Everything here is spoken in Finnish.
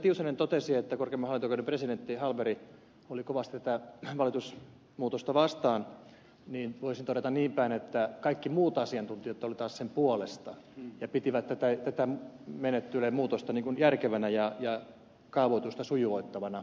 tiusanen totesi että korkeimman hallinto oikeuden presidentti hallberg oli kovasti tätä valitusmuutosta vastaan niin voisin todeta niinpäin että kaikki muut asiantuntijat olivat taas sen puolesta ja pitivät tätä menettelyä ja muutosta järkevänä ja kaavoitusta sujuvoittavana